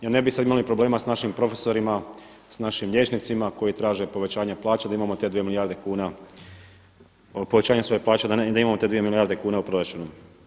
Jer ne bi sad imali problema sa našim profesorima, sa našim liječnicima koji traže povećanja plaće, da imamo te dvije milijarde kuna povećanja svoje plaće, da imamo te dvije milijarde kuna u proračunu.